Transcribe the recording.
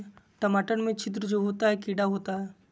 टमाटर में छिद्र जो होता है किडा होता है?